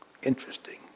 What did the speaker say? Interesting